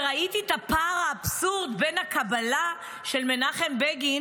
וראיתי את הפער האבסורדי בין הקבלה של מנחם בגין